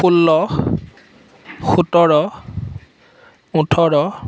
ষোল্ল সোতৰ ওঠৰ